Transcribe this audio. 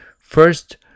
First